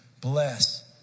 bless